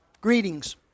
Greetings